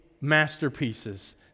masterpieces